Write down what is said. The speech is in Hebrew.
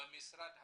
במשרד הבריאות,